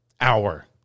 hour